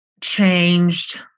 changed